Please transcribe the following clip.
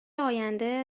آینده